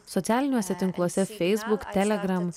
socialiniuose tinkluose facebook telegram